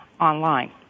online